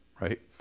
right